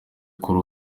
kuri